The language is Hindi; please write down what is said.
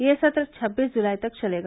यह सत्र छब्बीस जुलाई तक चलेगा